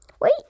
Wait